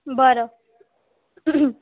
बरं